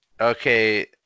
Okay